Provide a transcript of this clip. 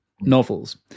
novels